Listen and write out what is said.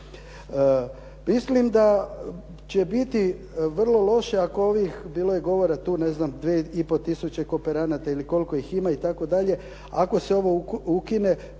Mislim da će biti vrlo loše ako ovih, bilo je govora tu ne znam 2 i pol tisuće kooperanata ili koliko ih ima itd., ako se ovo ukine